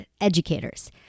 educators